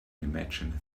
imagine